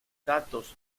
datos